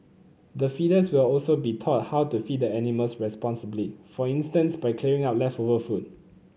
the feeders will also be taught how to feed the animals responsibly for instance by clearing up leftover food